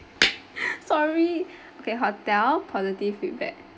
sorry okay hotel positive feedback